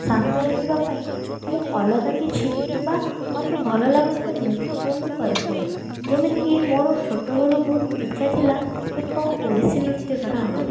ଶାନ୍ତ ରଖିବା ପାଇଁ ମୁଁ ଅଲଗା କିଛି ବା ମୋତେ ଭଲ ଲାଗୁଥିବା ଜିନିଷକୁ ମୁଁ କରିଥାଏ ଯେମିତିକି ମୋର ଛୋଟବେଳୁ ବହୁତ ଇଚ୍ଛା ଥିଲା ଏକ ଓଡ଼ିଶୀ ନୃତ୍ୟକାର ହେବା ପାଇଁ